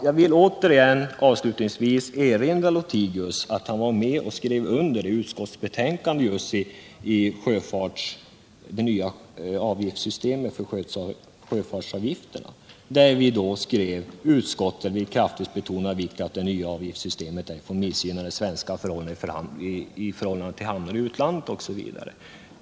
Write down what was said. Jag vill avslutningsvis återigen erinra herr Lohtigius om att han var med och skrev under ett utskottsbetänkande om det nya systemet för sjöfartsavgifter. I detta betänkande skrev vi att utskottet kraftigt vill betona vikten av att det nya avgiftssystemet inte får missgynna de svenska hamnarna i förhållande till hamnarna i utlandet, osv.